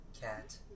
Cat